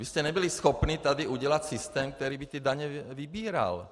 Vy jste nebyli schopni tady udělat systém, který by ty daně vybíral.